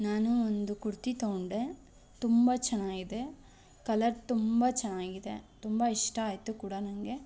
ನಾನು ಒಂದು ಕುರ್ತಿ ತೊಗೊಂಡೆ ತುಂಬ ಚೆನ್ನಾಗಿದೆ ಕಲರ್ ತುಂಬ ಚೆನ್ನಾಗಿದೆ ತುಂಬ ಇಷ್ಟ ಆಯಿತು ಕೂಡ ನನಗೆ